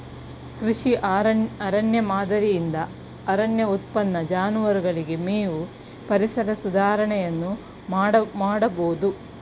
ಕೃಷಿ ಅರಣ್ಯ ಮಾದರಿಯಿಂದ ಅರಣ್ಯ ಉತ್ಪನ್ನ, ಜಾನುವಾರುಗಳಿಗೆ ಮೇವು, ಪರಿಸರ ಸುಧಾರಣೆಯನ್ನು ಮಾಡಬೋದು